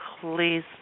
please